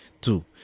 Two